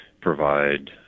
provide